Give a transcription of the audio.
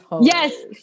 yes